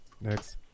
Next